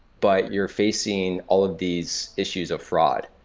but you're facing all of these issues of fraud,